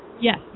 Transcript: Yes